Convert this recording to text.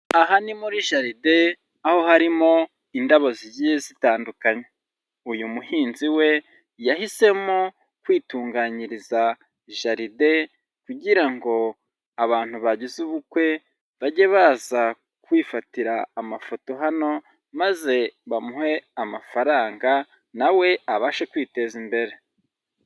Aha ni muri jaride aho harimo indabo zigiye zitandukanye, uyu muhinzi we yahisemo kwitunganyiriza jaride kugira ngo abantu bagize ubukwe, bajye baza kwifatira amafoto hano maze bamuhe amafaranga na we abashe kwiteza imbere.